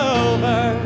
over